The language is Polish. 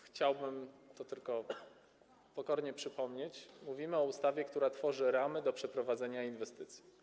Chciałbym tylko pokornie przypomnieć, że mówimy o ustawie, która tworzy ramy do przeprowadzenia inwestycji.